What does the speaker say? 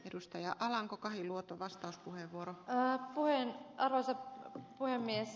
edustaja alanko kahiluoto vastauspuheenvuoron puheen arvoisa puhemies